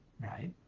right